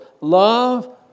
Love